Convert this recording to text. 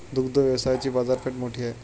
दुग्ध व्यवसायाची बाजारपेठ मोठी आहे